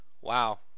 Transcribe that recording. wow